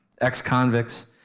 ex-convicts